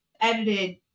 edited